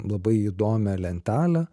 labai įdomią lentelę